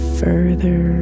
further